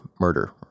murder